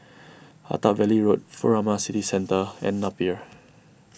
Attap Valley Road Furama City Centre and Napier